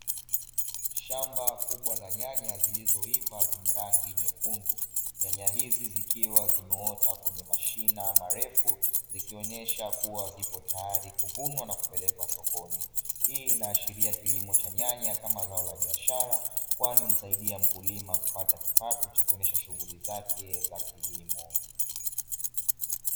Shamba kubwa la nyanya zilizoiva zenye rangi nyekundu, nyanya hizi zikiwa zimeota kwenye mashina marefu zikionesha kuwa zipo tayari kuvunwa na kupelekwa sokoni. hii inaashiria kilimo cha nyanya kama zao la biashara kwani humsaidia mkulima kupata kipato cha kuendesha shughuli zake za kilimo.